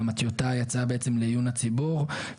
וגם הטיוטה יצאה לעיון הציבור.